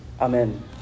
Amen